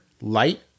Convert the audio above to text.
light